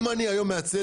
אם אני היום מייצא